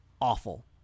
awful